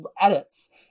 edits